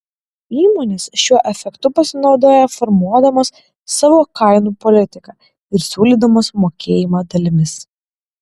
įmonės šiuo efektu pasinaudoja formuodamos savo kainų politiką ir siūlydamos mokėjimą dalimis